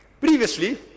Previously